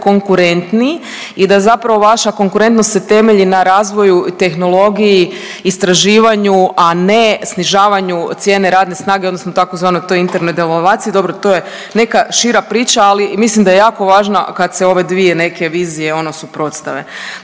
konkurentniji i da zapravo vaša konkurentnost se temelji na razvoju i tehnologiji, istraživanju, a ne snižavanju cijene radne snage odnosno tzv. to je Internet devalvaciji, dobro to je neka šira priča, ali mislim da je jako važna kad se ove dvije neke vizije ono suprotstave.